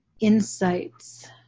insights